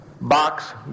Box